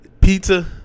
Pizza